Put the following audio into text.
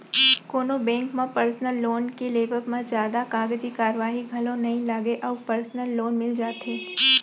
कोनो बेंक म personal loan के लेवब म जादा कागजी कारवाही घलौ नइ लगय अउ परसनल लोन मिल जाथे